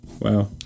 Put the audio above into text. Wow